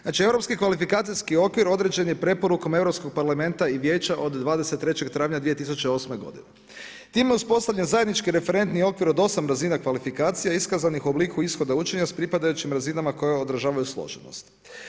Znači Europski kvalifikacijski okvir određen je preporukom Europskog parlamenta i vijeća od 23. travnja 2008. godine. tim je uspostavljen zajednički referentni okvir od 8 razina kvalifikacija iskazan u obliku učenja s pripadajućim razinama koje odražavaju složenost.